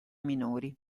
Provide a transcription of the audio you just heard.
minori